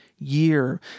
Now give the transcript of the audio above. year